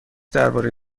درباره